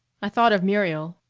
i thought of muriel,